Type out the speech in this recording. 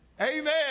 Amen